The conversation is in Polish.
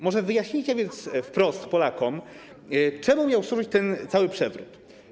Może wyjaśnijcie więc wprost Polakom, czemu miał służyć ten cały przewrót.